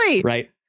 Right